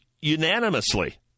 unanimously